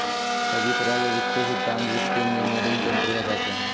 सभी तरह के वित्तीय सिद्धान्त वित्तीय इन्जीनियरिंग के अन्तर्गत आते हैं